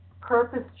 purpose